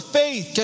faith